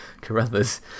Carruthers